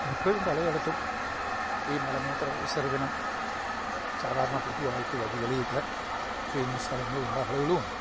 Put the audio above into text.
ഇപ്പോഴും പലയിടത്തും ഈ മലമൂത്ര വിസര്ജ്ജനം സാധാരണ പൊതുവായിട്ട് വഴികളിൽ ചെയ്യുന്ന സ്ഥലങ്ങളും ഉണ്ട് ആളുകളും ഉണ്ട്